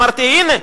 אמרתי: הנה,